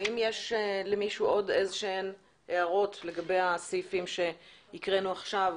האם יש למישהו עוד הערות לגבי התקנות שקראנו עכשיו,